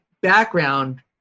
background